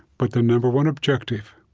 but the number one objective